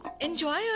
enjoy